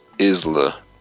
Isla